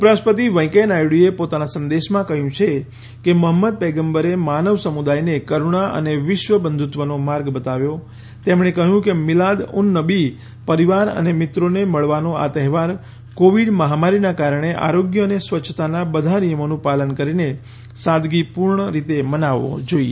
ઉપરરાષ્ટ્રપતિ વૈકૈયા નાયડુએ પોતાનાં સંદેશમાં કહ્યું છેકે પયગંબર મોહમ્મદે માનવ સમુદાયને કરુણા અને વિશ્વ બંધુત્તવનો માર્ગ બતાવ્યો તેમણે કહ્યું કે મિલાદ ઉન નબી પરિવાર અને મિત્રોને મળવાનો આ તહેવાર કોવિડ મહામારીનાં કારણે આરોગ્ય અને સ્વચ્છતાનાં બધા નિયમોનું પાલન કરીને સાદગીપૂર્ણ રીતે મનાવવો જોઈએ